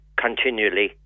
continually